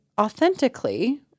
authentically